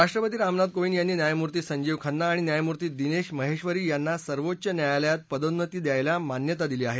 राष्ट्रपती रामनाथ कोर्विद यांनी न्यायमूर्ती संजीव खन्ना आणि न्यायमूर्ती दिनधीमहध्वी यांना सर्वोच्च न्यायालयात पदोन्नत्ती द्यायला मान्यता दिली आह